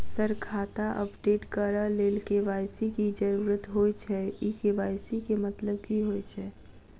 Sir खाता update करऽ लेल के.वाई.सी की जरुरत होइ छैय इ के.वाई.सी केँ मतलब की होइ छैय?